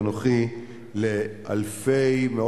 האמת, זה